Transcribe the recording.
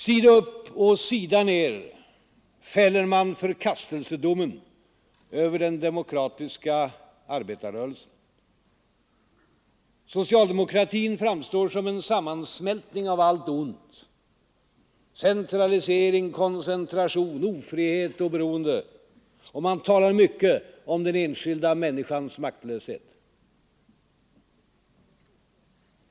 Sida upp och sida ner fäller de förkastelsedomen över den demokratiska arbetarrörelsen. Socialdemokratin framstår som en sammansmältning av allt ont — centralisering, koncentration, ofrihet och beroende — och det talas mycket om den enskilda människans maktlöshet.